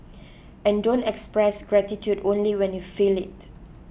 and don't express gratitude only when you feel it